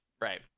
right